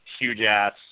huge-ass